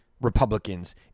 Republicans